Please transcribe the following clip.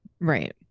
right